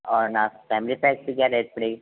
और ना family pack की क्या रेट पड़ेगी